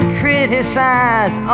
criticize